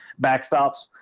backstops